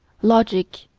logic,